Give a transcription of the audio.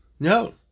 No